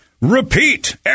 repeat